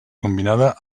combinada